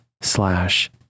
slash